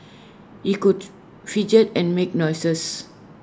he could fidget and make noises